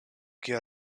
kio